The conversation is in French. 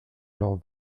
leurs